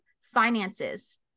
finances